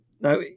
Now